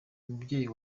umubyeyi